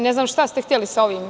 Ne znam šta ste hteli sa ovim?